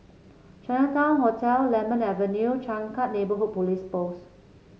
Chinatown Hotel Lemon Avenue Changkat Neighbourhood Police Post